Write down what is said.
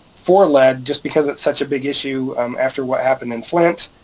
for lead, just because it's such a big issue um after what happened in flint,